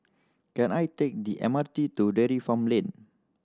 can I take the M R T to Dairy Farm Lane